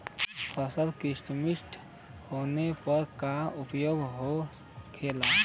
फसल संक्रमित होने पर क्या उपाय होखेला?